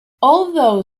although